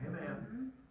Amen